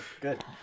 Good